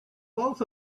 both